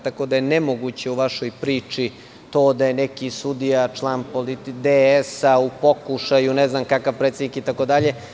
Tako da je nemoguće u vašoj priči to da je neki sudija član DS-a u pokušaju, ne znam kakav predsednik itd.